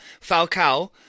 Falcao